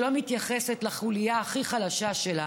שלא מתייחסת לחוליה הכי חלשה שלה